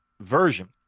version